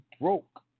broke